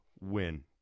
win